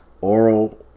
Oral